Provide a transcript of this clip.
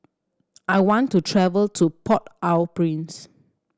I want to travel to Port Au Prince